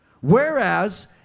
Whereas